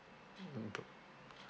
mm